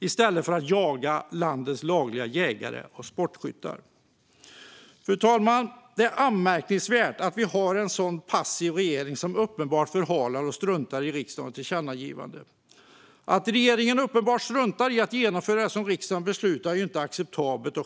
i stället för att jaga landets lagliga jägare och sportskyttar. Fru talman! Det är anmärkningsvärt att vi har en sådan passiv regering, som uppenbart förhalar och struntar i riksdagens tillkännagivanden. Att regeringen uppenbart struntar i att genomföra det som riksdagen beslutat är inte acceptabelt.